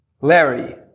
Larry